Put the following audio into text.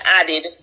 added